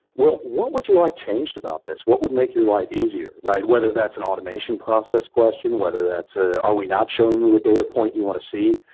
well, what would you like changed about this? what would make your life easier? whether that's an automation process question. whether that's, ah are we not showing you a data point you want to see.